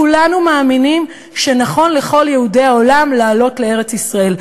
כולנו מאמינים שנכון לכל יהודי העולם לעלות לארץ-ישראל,